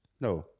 No